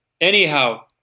anyhow